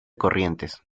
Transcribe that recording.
corrientes